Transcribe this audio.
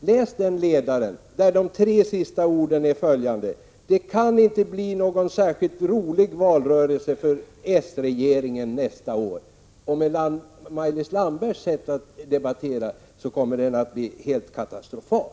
Läs den ledaren, där de tre sista raderna är följande: ”Det kan inte bli någon särskilt rolig valrörelse för s-regeringen nästa år.” Med Maj-Lis Landbergs sätt att debattera kommer valrörelsen att bli helt katastrofal.